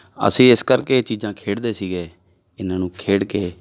ਅਸੀਂ ਇਸ ਕਰਕੇ ਇਹ ਚੀਜ਼ਾਂ ਖੇਡਦੇ ਸੀਗੇ ਇਹਨਾਂ ਨੂੰ ਖੇਡ ਕੇ